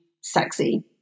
sexy